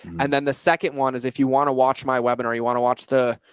and then the second one is, if you want to watch my webinars, you want to watch the,